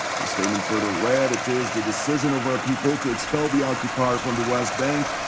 the statement further read it is the decision of our people to expel the occupier from the west bank.